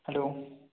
hello